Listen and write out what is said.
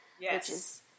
Yes